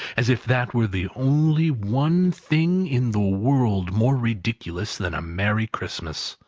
as if that were the only one thing in the world more ridiculous than a merry christmas.